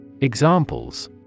Examples